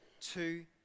two